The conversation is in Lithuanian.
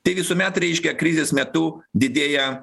tai visuomet reiškia krizės metu didėja